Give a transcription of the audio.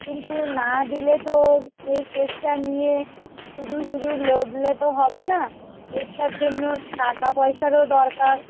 কিন্তু না দিলে তো এই কেসটা নিয়ে শুধু শুধু লড়লে তো হবে না কেসটার জন্য টাকা পয়সারও দরকার